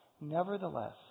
Nevertheless